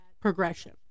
progression